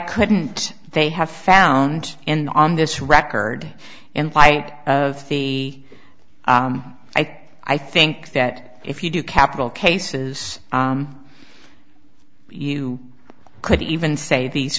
couldn't they have found in on this record in fight of the i think i think that if you do capital cases you could even say these